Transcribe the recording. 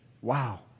Wow